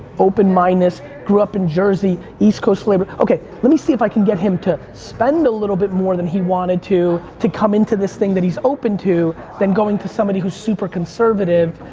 open-mindness, grew up in jersey, east coast flavor, okay, let me see if i can get him to spend a little bit more than he wanted to to come into this thing that he's open to, than going to somebody who's super conservative,